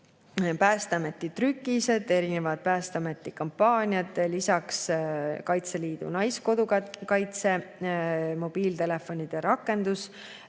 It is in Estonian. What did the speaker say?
Päästeameti trükised, erinevad Päästeameti kampaaniad, lisaks Kaitseliidu Naiskodukaitse mobiiltelefonirakendus,